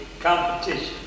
competition